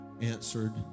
answered